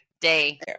day